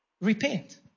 Repent